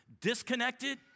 disconnected